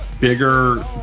bigger